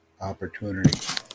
opportunity